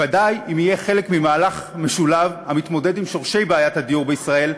ודאי אם יהיה חלק ממהלך משולב המתמודד עם שורשי בעיית הדיור בישראל,